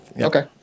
Okay